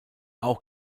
auch